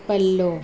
पलो